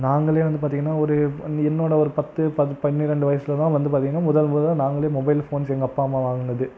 நாங்களே வந்து பார்த்தீங்கன்னா ஒரு என்னோடய ஒரு பத்து பனிரெண்டு வயசில் தான் வந்து பார்த்தீங்கன்னா முதல் முதலாக நாங்களே மொபைல் ஃபோன்ஸ் எங்கள் அப்பா அம்மா வாங்கினது